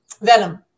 venom